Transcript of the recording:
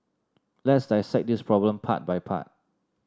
let's dissect this problem part by part